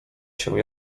się